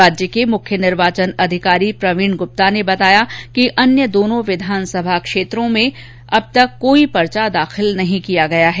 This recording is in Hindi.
राज्य के मुख्य निर्वोचन अधिकारी प्रवीण गुप्ता ने बताया कि अन्य दोनों विधानसभा क्षेत्रों ने अब तक कोई पर्चा दाखिल नहीं किया गया है